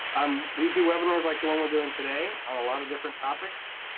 um we do webinars like the one we're doing today on a lot of different topics.